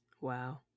Wow